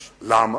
למה?